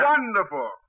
Wonderful